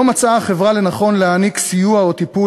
לא מצאה החברה לנכון להעניק סיוע או טיפול